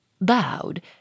bowed